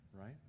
Right